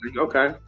Okay